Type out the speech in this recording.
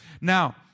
Now